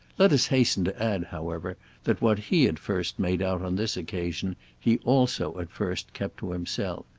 let us hasten to add, however that what he at first made out on this occasion he also at first kept to himself.